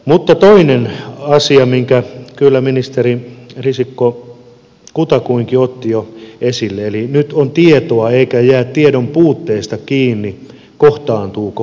mutta toinen asia minkä kyllä ministeri risikko kutakuinkin otti jo esille on se että nyt on tietoa eikä jää tiedon puutteesta kiinni kohtaantuuko hoito vai ei